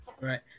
Right